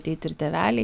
ateit ir tėveliai